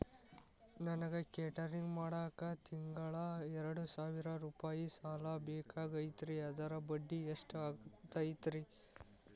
ನನಗ ಕೇಟರಿಂಗ್ ಮಾಡಾಕ್ ತಿಂಗಳಾ ಎರಡು ಸಾವಿರ ರೂಪಾಯಿ ಸಾಲ ಬೇಕಾಗೈತರಿ ಅದರ ಬಡ್ಡಿ ಎಷ್ಟ ಆಗತೈತ್ರಿ?